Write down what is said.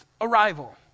arrival